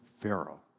pharaoh